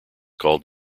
called